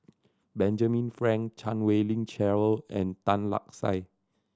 Benjamin Frank Chan Wei Ling Cheryl and Tan Lark Sye